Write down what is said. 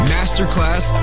Masterclass